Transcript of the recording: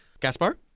Gaspar